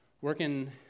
working